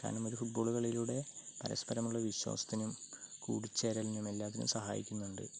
കാരണം ഒരു football കളിയിലൂടെ പരസ്പരമുള്ള വിശ്വാസത്തിനും കൂടിച്ചേരലിനും എല്ലാറ്റിനും സഹായിക്കുന്നുണ്ട്